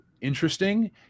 interesting